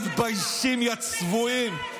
לא מתביישים, יא צבועים.